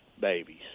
babies